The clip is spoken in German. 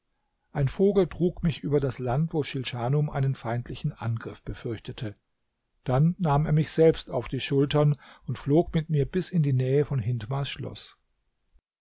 ein vogel trug mich über das land wo schilschanum einen feindlichen angriff befürchtete dann nahm er mich selbst auf die schultern und flog mit mir bis in die nähe von hindmars schloß